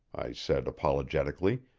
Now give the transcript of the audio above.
i said apologetically,